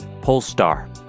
polestar